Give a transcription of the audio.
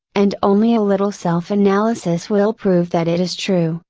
and only a little self analysis will prove that it is true,